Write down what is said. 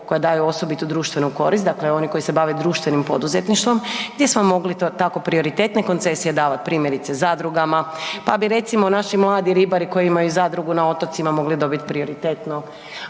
koje daju osobitu društvenu korist, dakle oni koji se bave društvenim poduzetništvom gdje smo mogli to tako prioritetne koncesije davat primjerice zadrugama, pa bi recimo naši mladi ribari koji imaju zadrugu na otocima mogli dobiti prioritetno,